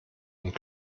und